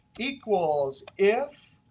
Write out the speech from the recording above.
equals if,